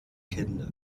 kinder